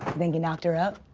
think he knocked her up?